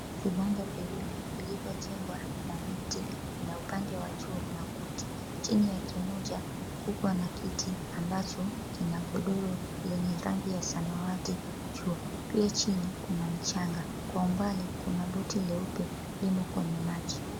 Vibanda viwili vilivyojengwa na miti, na upande wa juu makuti. Chini ya kimoja, kukua na kiti ambacho kina godoro yenye rangi ya samawati juu. Pia chini kuna mchanga. Kwa umbali kuna boti leupe, limo kwenye maji.